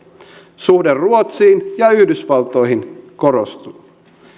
suhde ruotsiin ja yhdysvaltoihin korostuu